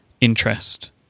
interest